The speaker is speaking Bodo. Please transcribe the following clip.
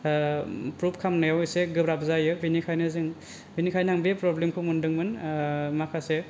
प्रुफ खालामनायाव एसे गोब्राब जायो बिनिखायनो आं बे प्रब्लेम खौ मोनदोंमोन माखासे